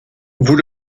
vous